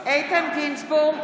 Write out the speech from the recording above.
(קוראת בשמות חברי הכנסת) אלינה ברדץ' יאלוב,